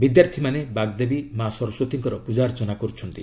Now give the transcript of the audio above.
ବିଦ୍ୟାର୍ଥୀମାନେ ବାଗ୍ଦେବୀ ମା' ସରସ୍ୱତୀଙ୍କର ପୂଜାର୍ଚ୍ଚନା କରୁଛନ୍ତି